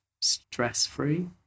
stress-free